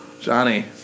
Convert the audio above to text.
Johnny